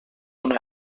una